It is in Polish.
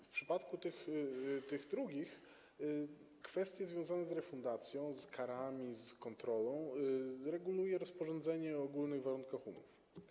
W przypadku tych drugich kwestie związane z refundacją, z karami, z kontrolą reguluje rozporządzenie w sprawie ogólnych warunków umów.